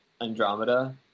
andromeda